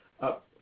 up